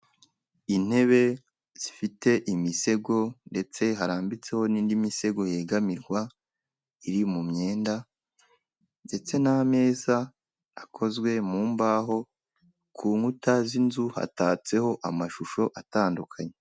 Intebe zifite imisego ndetse harambitseho n'indi misego yegamirwa iri mu myenda ndetse n'ameza akozwe mu mbaho; ku nkuta z'inzu hatatseho amashusho atandukanye.